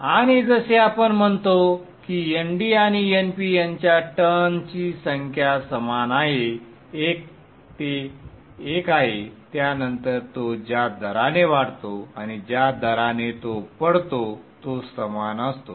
आणि जसे आपण म्हणतो की Nd आणि Np याच्या टर्न्सची संख्या समान आहे एक ते एक आहे त्यानंतर तो ज्या दराने वाढतो आणि ज्या दराने तो पडतो तो समान असतो